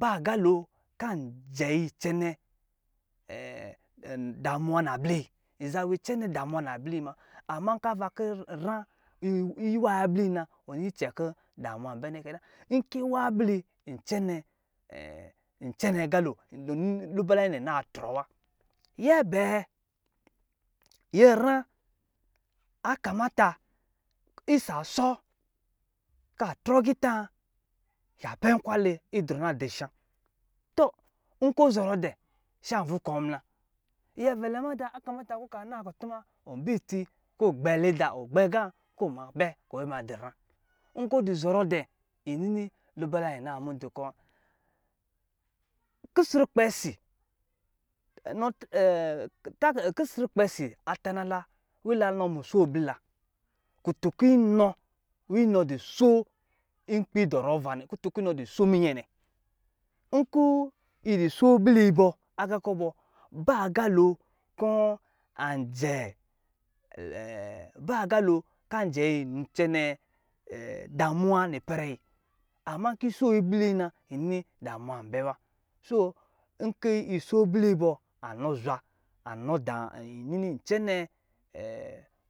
Baga lo kanjɛ yi cɛnɛ damuwa nabliyi yi za wi cɛnɛ domowa nabli yi. ma nkɔ yi wai abli na icɛ nkɔ damuwa anbɛ nɛ kɛ na ama anbɛ nɛ kɛ na ama nkɔ yi wa abliyi luba layi nɛ naa trɔ wa nyɛ bɛɛ nyɛra akamata isa sɔ atrɔ agita ama, nkwale na ma zi she nkɔ ɔzɔrɔ dɛ sha vukɔ muna nyɛvɛlɛ mada akamata kɔ ɔka naa kutuma nbc itsi kɔ gbɛ leda ɔgbɛ aga kɔ bɛ madɔ ra nkɔ zɔrɔ dɛ lubala yi ana mudu kɔ wa kustrukpɛ si atana la nwa ila nɔ muso ablila kɔtun kɔ iwɔ du so nkpi dɔrɔ ava nɛ kutun inɔ dɔ so miyɛ nɛ nkɔ yi dɔ so bli agakɔ bɔ baga lo kɔ anjɛ yi cɛna damowa nipɛrɛ ama nkɔ yi so yi abliyi na damowa an bɛ wa nkɔ yiso abli bɔ anzw a bɔ kɔ yi mni yincɛ nɛ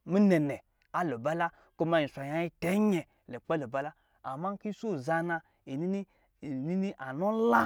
muzwa lubalɛ yidzi aya lukpɛ luba la iso za na yinni anɔ nla